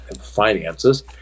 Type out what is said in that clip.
finances